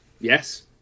Yes